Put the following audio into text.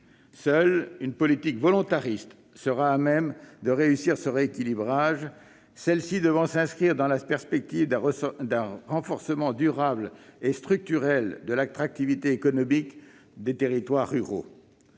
Seule une politique volontariste permettra de réussir ce rééquilibrage. Elle devra s'inscrire dans la perspective d'un renforcement durable et structurel de l'attractivité économique des territoires ruraux.